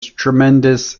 tremendous